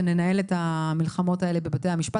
וננהל את המלחמות האלה בבתי המשפט,